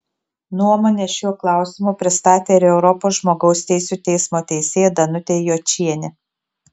nuomonę šiuo klausimu pristatė ir europos žmogaus teisių teismo teisėja danutė jočienė